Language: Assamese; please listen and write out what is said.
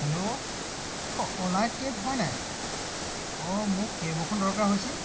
হেল্ল' অঁ অ'লা এক্টিভ হয় নাই অঁ মোক কেব এখন দৰকাৰ হৈছিল